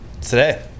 Today